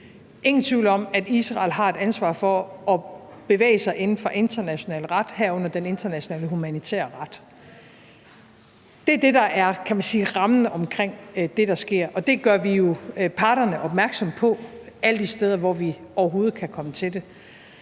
ingen tvivl om, at Israel har et ansvar for at bevæge sig inden for international ret, herunder den internationale humanitære ret. Det er det, der er rammen omkring det, der sker. Og det gør vi jo parterne opmærksomme på alle de steder, hvor vi overhovedet kan komme til det.